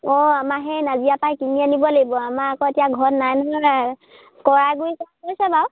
অঁ আমাৰ সেই নাজিৰা পৰাই কিনি আনিব লাগিব আমাৰ আকৌ এতিয়া ঘৰত নাই নহয় কৰা বাৰু